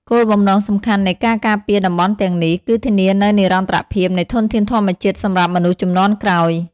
គោលបំណងសំខាន់នៃការការពារតំបន់ទាំងនេះ គឺធានានូវនិរន្តរភាពនៃធនធានធម្មជាតិសម្រាប់មនុស្សជំនាន់ក្រោយ។